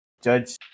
judge